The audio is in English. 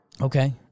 Okay